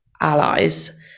allies